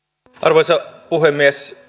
arvoisa puhemies